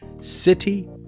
city